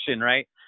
right